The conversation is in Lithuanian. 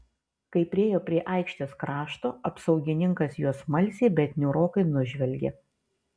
kai priėjo prie aikštės krašto apsaugininkas juos smalsiai bet niūrokai nužvelgė